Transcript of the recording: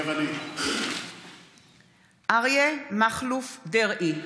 מתחייב אני אריה מכלוף דרעי,